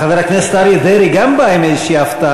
חבר הכנסת אריה דרעי גם בא עם איזה הפתעה,